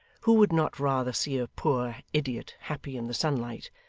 who would not rather see a poor idiot happy in the sunlight,